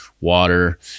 water